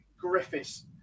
Griffiths